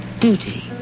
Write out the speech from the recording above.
Duty